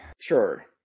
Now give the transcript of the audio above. Sure